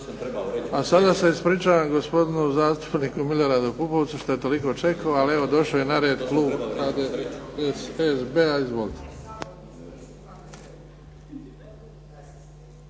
A sada se ispričavam gospodinu zastupniku Miloradu Pupovcu što je toliko čekao ali došao je na red Klub SDSS-a izvolite.